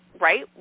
right